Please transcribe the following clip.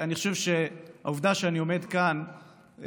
אני חושב שהעובדה שאני עומד כאן כנין